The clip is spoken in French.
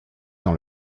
dans